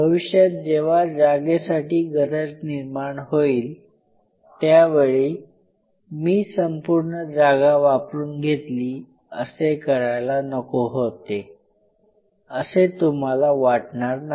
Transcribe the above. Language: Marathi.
भविष्यात जेव्हा जागेसाठी गरज निर्माण होईल त्यावेळी "मी संपूर्ण जागा वापरुन घेतली असे करायला नको होते" असे तुम्हाला वाटणार नाही